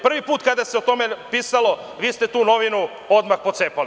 Prvi put kada se o tome pisalo vi ste tu novinu odmah pocepali.